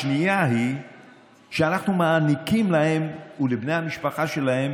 השנייה היא שאנחנו מעניקים להם ולבני המשפחה שלהם